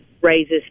raises